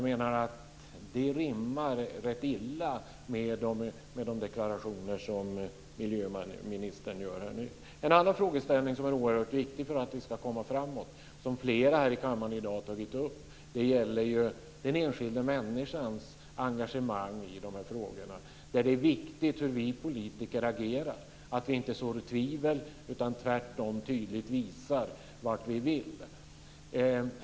Det rimmar rätt illa med de deklarationer som miljöministern gör här. En annan fråga som är oerhört viktig för att vi ska komma framåt och som flera här i kammaren i dag har tagit upp gäller den enskilda människans engagemang. Det är viktigt hur vi politiker agerar, att vi inte sår tvivel utan tvärtom tydligt visar vad vi vill.